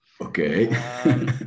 Okay